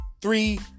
three